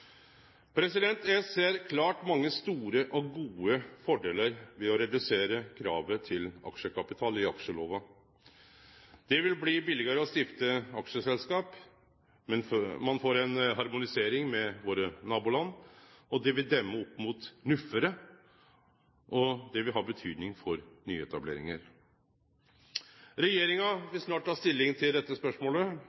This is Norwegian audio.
Eg ser klart mange store og gode fordelar ved å redusere kravet til aksjekapital i aksjelova. Det vil bli billegare å stifte aksjeselskap. Ein får ei harmonisering med våre naboland. Det vil demme opp mot NUF, og det vil ha betyding for